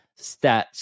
stats